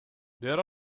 there